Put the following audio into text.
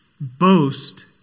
Boast